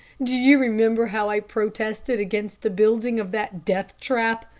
do you remember how i protested against the building of that deathtrap?